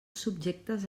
subjectes